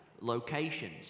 locations